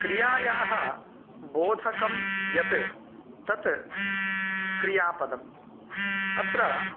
क्रियायाः बोधकं यत् तत् क्रियापदं अत्र